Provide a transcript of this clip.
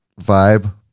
vibe